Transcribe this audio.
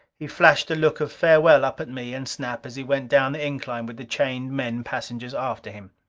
he flashed a look of farewell up at me and snap as he went down the incline with the chained men passengers after him.